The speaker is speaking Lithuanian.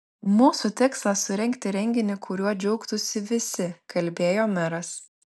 mūsų tikslas surengti renginį kuriuo džiaugtųsi visi kalbėjo meras